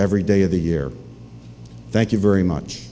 every day of the year thank you very much